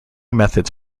methods